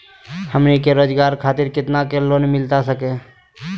हमनी के रोगजागर खातिर कितना का लोन मिलता सके?